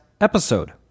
episode